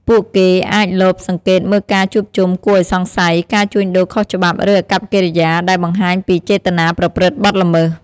ពួកគេអាចលបសង្កេតមើលការជួបជុំគួរឲ្យសង្ស័យ ការជួញដូរខុសច្បាប់ ឬអាកប្បកិរិយាដែលបង្ហាញពីចេតនាប្រព្រឹត្តបទល្មើស។